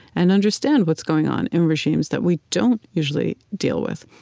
and understand what's going on in regimes that we don't usually deal with.